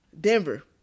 Denver